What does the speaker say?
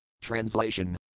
Translation